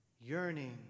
yearning